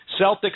Celtics